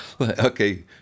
Okay